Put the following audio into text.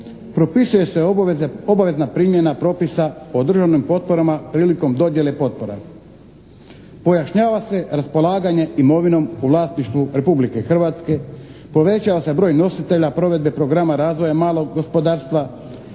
Propisuje se obavezna primjena propisa o državnim potporama prilikom dodjele potpora. Pojašnjava se raspolaganje imovinom u vlasništvu Republike Hrvatske, povećava se broj nositelja provedbe programa razvoja malog gospodarstva,